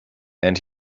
and